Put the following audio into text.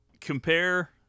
Compare